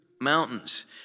mountains